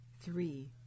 Three